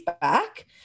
back